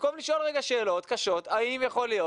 במקום לשאול רגע שאלות קשות האם יכול להיות